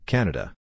Canada